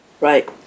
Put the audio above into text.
Right